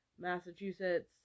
Massachusetts